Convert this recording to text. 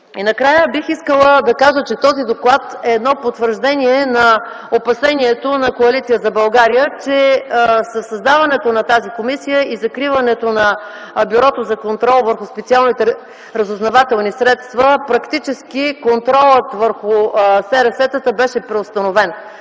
накрая, бих искала да кажа, че този доклад е едно потвърждение на опасението на Коалиция за България, че със създаването на тази комисия и закриването на Бюрото за контрол върху специалните разузнавателни средства, практически контролът върху СРС-та беше преустановен.